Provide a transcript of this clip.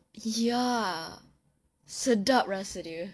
ya sedap